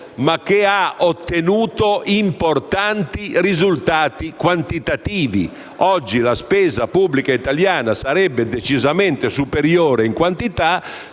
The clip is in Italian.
ha però ottenuto importanti risultati quantitativi. Oggi la spesa pubblica italiana sarebbe decisamente superiore in termini